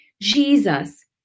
Jesus